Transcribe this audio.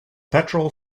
petrol